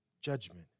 judgment